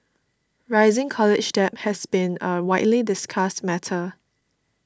rising college debt has been a widely discussed matter